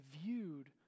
viewed